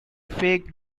fake